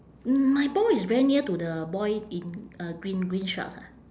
mm my ball is very near to the boy in uh green green shorts ah